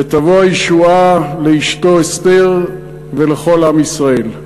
ותבוא הישועה לאשתו אסתר ולכל עם ישראל.